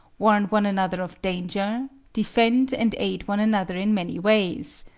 warn one another of danger, defend and aid one another in many ways.